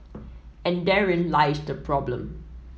and therein lies the problem